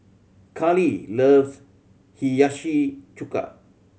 Kalie loves Hiyashi Chuka